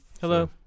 Hello